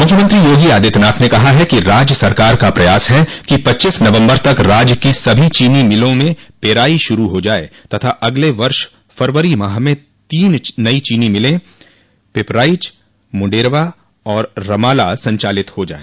मुख्यमंत्री योगी आदित्यनाथ ने कहा है कि राज्य सरकार का प्रयास है कि पच्चीस नवम्बर तक राज्य की सभी चीनी मिलों में पेराई शुरू हो जाए तथा अगले वर्ष फरवरी माह में तीन नई चीनी मिले पिपराइच मुंडेरवा और रमाला संचालित हो जाय